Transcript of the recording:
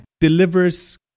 delivers